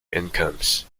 incomes